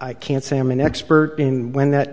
i can't say i'm an expert in when that